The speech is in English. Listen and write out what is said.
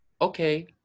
okay